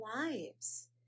lives